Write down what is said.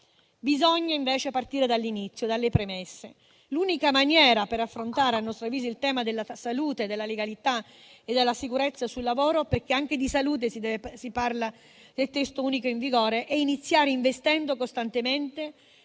Bisogna invece partire dall'inizio, dalle premesse. L'unica maniera per affrontare, a nostro avviso, il tema della salute, della legalità e della sicurezza sul lavoro, perché anche di salute si parla nel Testo unico in vigore, è iniziare investendo costantemente